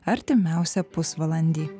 artimiausią pusvalandį